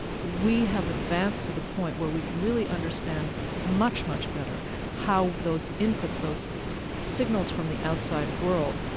we have advanced to the point where we can really understand much, much better how those inputs, those signals from the outside world,